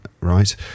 right